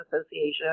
Association